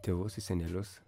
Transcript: tėvus į senelius